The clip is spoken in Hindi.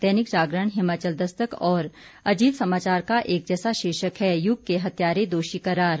दैनिक जागरण हिमाचल दस्तक और अजीत समाचार का एक जैसा शीर्षक है युग के हत्यारे दोषी करार